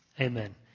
Amen